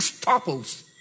topples